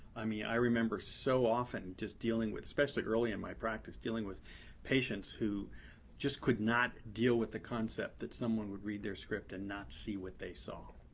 i mean, i remember so often just dealing with, especially early in my practice, dealing with patients who just could not deal with the concept that someone would read their script and not see what they saw.